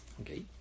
Okay